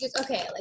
okay